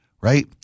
right